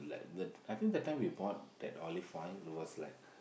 like the I think that time we bought the olive oil it was like